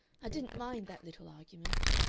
i didn't mind that little argument.